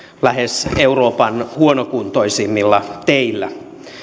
lähes euroopan huonokuntoisimmilla teillä